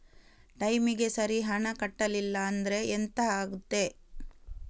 ಟೈಮಿಗೆ ಸರಿ ಹಣ ಕಟ್ಟಲಿಲ್ಲ ಅಂದ್ರೆ ಎಂಥ ಆಗುತ್ತೆ?